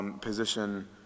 position